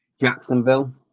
Jacksonville